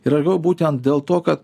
ir labiau būtent dėl to kad